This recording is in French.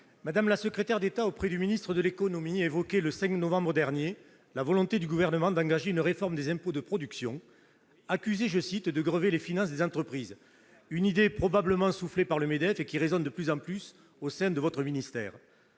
Mme la secrétaire d'État auprès du ministre de l'économie évoquait, le 5 novembre dernier, la volonté du Gouvernement d'engager une réforme des impôts de production, accusés de « grever les finances des entreprises ». Cette idée, probablement soufflée par le Medef, résonne de plus en plus au sein de votre ministère,